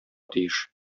тиеш